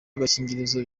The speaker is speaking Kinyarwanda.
agakingirizo